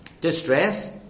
distress